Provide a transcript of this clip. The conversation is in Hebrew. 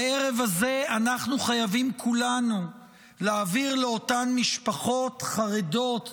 הערב הזה אנחנו חייבים כולנו להעביר לאותן משפחות חרדות,